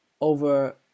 over